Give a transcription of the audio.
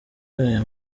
ayo